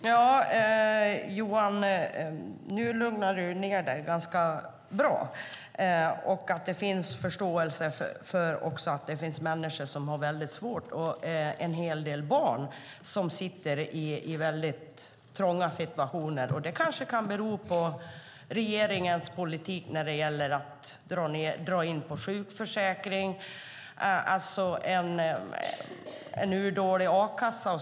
Herr talman! Nu lugnade du ned dig ganska bra, Johan. Du visar förståelse för att det finns människor som har det mycket svårt och en hel del barn som befinner sig i mycket trånga situationer. Det kanske kan bero på regeringens politik att dra in på sjukförsäkringen och en urdålig a-kassa.